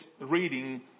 reading